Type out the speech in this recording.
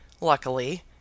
luckily